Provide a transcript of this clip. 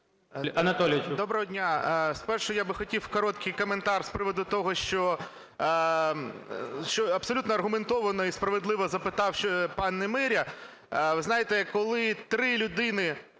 Доброго дня! Спершу я би хотів короткий коментар з приводу того, що абсолютно аргументовано і справедливо запитав пан Немиря. Ви знаєте, коли три людини,